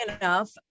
enough